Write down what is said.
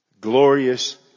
glorious